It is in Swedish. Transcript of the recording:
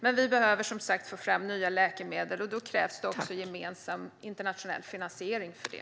Men vi behöver som sagt få fram nya läkemedel, och då krävs det också gemensam internationell finansiering för det.